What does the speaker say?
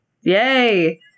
Yay